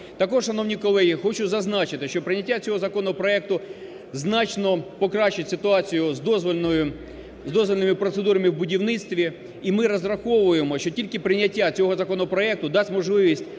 Також, шановні колеги, хочу зазначити, що прийняття цього законопроекту значно покращить ситуацію з дозвільними процедурами в будівництві. І ми розраховуємо, що тільки прийняття цього законопроекту дасть можливість